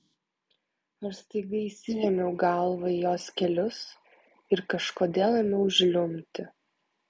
aš staiga įsirėmiau galva į jos kelius ir kažkodėl ėmiau žliumbti